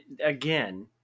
again